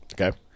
Okay